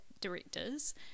directors